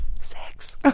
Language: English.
Sex